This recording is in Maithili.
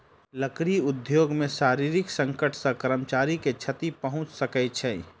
लकड़ी उद्योग मे शारीरिक संकट सॅ कर्मचारी के क्षति पहुंच सकै छै